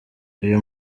uyu